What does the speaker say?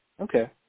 Okay